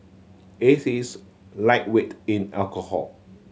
his is lightweight in alcohol